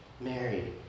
Mary